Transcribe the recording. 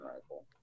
rifle